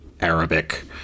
Arabic